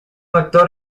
actor